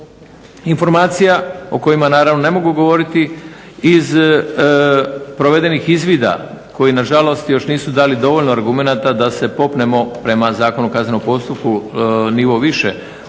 jer iz informacija o kojima naravno ne mogu govoriti, iz provedenih izvida koji nažalost još nisu dali dovoljno argumenata da se popnemo prema Zakonu o kaznenom postupku nivo više u daljnjem